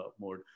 mode